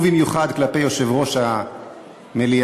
ובמיוחד כלפי יושב-ראש המליאה,